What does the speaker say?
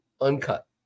uncut